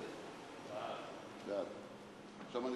עכשיו רק